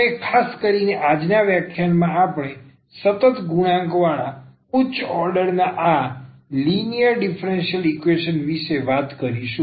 અને ખાસ કરીને આજના વ્યાખ્યાનમાં આપણે સતત ગુણાંક વાળા ઉચ્ચ ઓર્ડરના આ લિનિયર ડીફરન્સીયલ ઈકવેશન વિશે વાત કરીશું